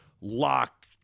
lock